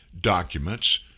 documents